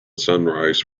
sunrise